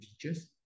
features